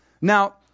Now